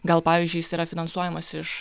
gal pavyzdžiui jis yra finansuojamas iš